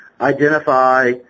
identify